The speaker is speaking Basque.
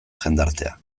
jendartea